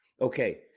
Okay